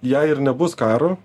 jei ir nebus karo